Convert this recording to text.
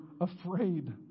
afraid